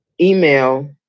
email